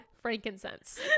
Frankincense